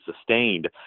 sustained